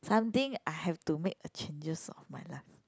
something I have to make a changes of my life